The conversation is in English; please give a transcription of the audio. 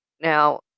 Now